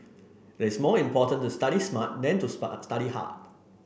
it is more important to study smart than to study hard